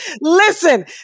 listen